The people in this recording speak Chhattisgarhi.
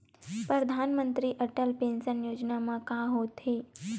परधानमंतरी अटल पेंशन योजना मा का होथे?